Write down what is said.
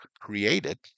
created